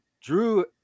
drew